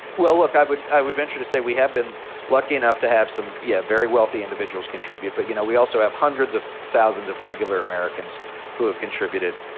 well, look. i would i would venture to say we have been lucky enough to have some, yeah, very wealthy individuals contribute. but, you know, we also have hundreds of thousands of regular americans who have contributed.